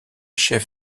chef